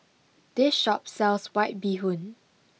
this shop sells White Bee Hoon